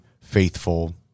faithful